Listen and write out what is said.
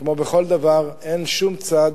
כמו בכל דבר, אין שום צד